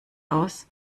aus